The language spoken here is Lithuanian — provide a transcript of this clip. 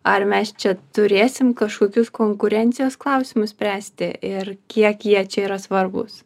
ar mes čia turėsim kažkokius konkurencijos klausimus spręsti ir kiek jie čia yra svarbūs